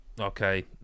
okay